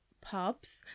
pubs